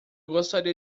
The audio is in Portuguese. gostaria